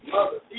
Mother